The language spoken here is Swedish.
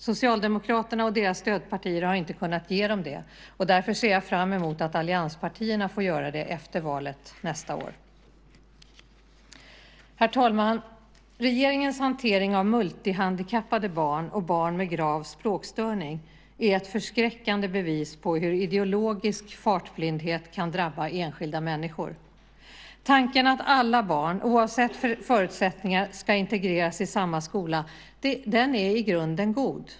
Socialdemokraterna och deras stödpartier har inte kunnat ge dem det, och därför ser jag fram emot att allianspartierna får göra det efter valet nästa år. Herr talman! Regeringens hantering av multihandikappade barn och barn med grav språkstörning är ett förskräckande bevis på hur ideologisk fartblindhet kan drabba enskilda människor. Tanken att alla barn, oavsett förutsättningar, ska integreras i samma skola är i grunden god.